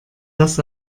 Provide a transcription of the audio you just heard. das